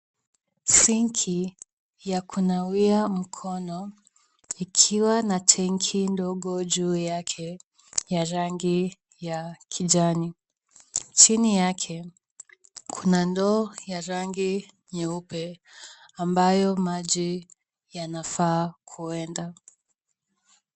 Sinki ya kunawia mkono ikiwa na tenki ndogo juu yake ya rangi ya kijani. Chini yake kuna ndoo ya rangi nyeupe, ambayo maji yanafaa kuenda.